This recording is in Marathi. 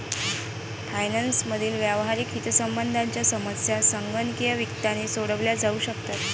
फायनान्स मधील व्यावहारिक हितसंबंधांच्या समस्या संगणकीय वित्ताने सोडवल्या जाऊ शकतात